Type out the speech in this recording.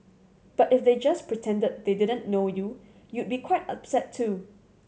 but if they just pretended they didn't know you you'd be quite upset too